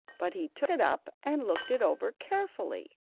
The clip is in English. but he took it up and looked it over carefully,